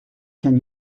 can